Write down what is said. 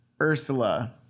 Ursula